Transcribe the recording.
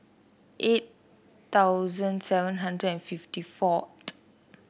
eight thousand seven hundred and fifty fourth